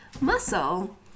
muscle